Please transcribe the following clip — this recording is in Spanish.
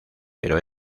pero